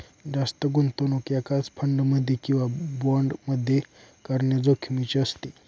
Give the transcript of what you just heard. जास्त गुंतवणूक एकाच फंड मध्ये किंवा बॉण्ड मध्ये करणे जोखिमीचे असते